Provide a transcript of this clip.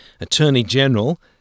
Attorney-General